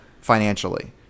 financially